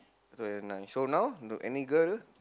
thirty nine so now you know any girl